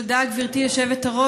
תודה, גברתי היושבת-ראש.